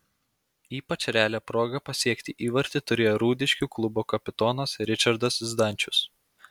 ypač realią progą pasiekti įvartį turėjo rūdiškių klubo kapitonas ričardas zdančius